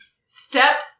Step